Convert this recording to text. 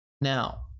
Now